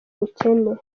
bukene